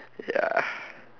ya